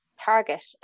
target